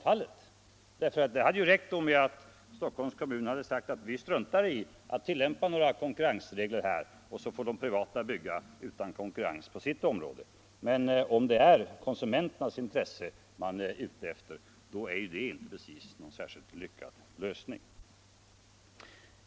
Då hade det räckt att Stockholms kommun hade sagt: Vi struntar i att tillämpa några konkurrensregler på den egna marken och så får de privata bygga utan konkurrens på sina områden. Om det är konsumenternas intressen man vill slå vakt om, är det inte någon särskilt lyckad lösning.